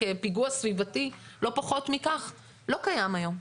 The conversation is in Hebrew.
כפיגוע סביבתי, לא פחות מכך, לא קיים היום,